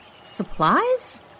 Supplies